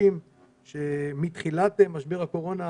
וחובשים שמתחילת משבר הקורונה,